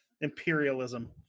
imperialism